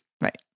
Right